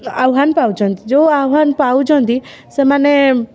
ଆହ୍ୱାନ ପାଉଛନ୍ତି ଯେଉଁ ଆହ୍ୱାନ ପାଉଛନ୍ତି ସେମାନେ